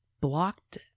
blocked